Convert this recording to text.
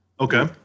Okay